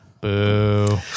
Boo